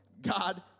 God